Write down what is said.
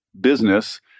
business